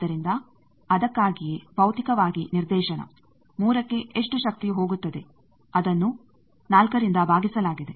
ಆದ್ದರಿಂದ ಅದಕ್ಕಾಗಿಯೇ ಭೌತಿಕವಾಗಿ ನಿರ್ದೇಶನ 3ಕ್ಕೆ ಎಷ್ಟು ಶಕ್ತಿಯು ಹೋಗುತ್ತದೆ ಅದನ್ನು 4 ರಿಂದ ಭಾಗಿಸಲಾಗಿದೆ